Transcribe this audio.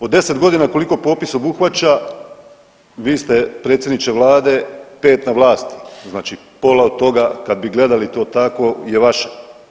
Od 10 godina koliko popis obuhvaća vi ste predsjedniče vlade 5 na vlasti, znači pola od toga kad bi gledali to tako je vaše.